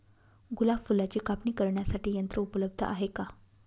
गुलाब फुलाची कापणी करण्यासाठी यंत्र उपलब्ध आहे का?